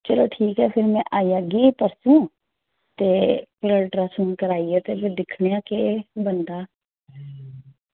तो चलो फिर ठीक ऐ में आई जाह्गी परसों ते अल्ट्रासाऊंड कराइयै दिक्खनै आं केह् बनदा